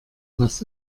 was